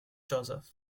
joseph